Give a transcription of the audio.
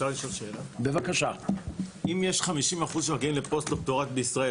אם 50% מגיעים לפוסט-דוקטורט בישראל,